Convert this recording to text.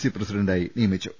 C പ്രസിഡന്റായി നിയമിച്ചു